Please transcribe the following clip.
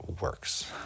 Works